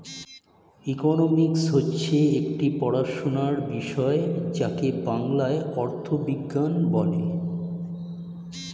economics হচ্ছে একটি পড়াশোনার বিষয় যাকে বাংলায় অর্থবিজ্ঞান বলে